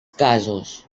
casos